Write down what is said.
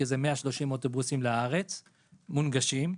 כ-130 אוטובוסים מונגשים,